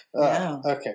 Okay